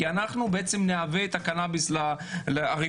כי לנו בעצם יהיה קנאביס רפואי,